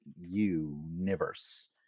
universe